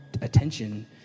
attention